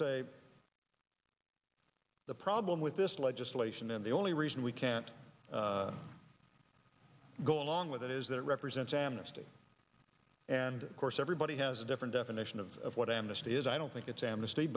say the problem with this legislation and the only reason we can't go along with it is that it represents amnesty and course everybody has a different definition of what amnesty is i don't think it's amnesty